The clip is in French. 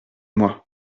moi